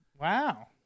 Wow